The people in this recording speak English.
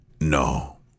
No